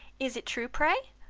is it true, pray?